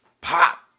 pop